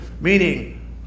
Meaning